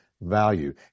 value